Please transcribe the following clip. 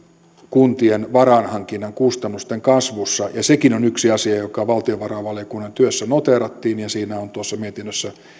kuntien varainhankinnan kustannusten kasvussa ja sekin on yksi asia joka valtiovarainvaliokunnan työssä noteerattiin ja tuossa mietinnössä on